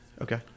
Okay